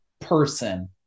person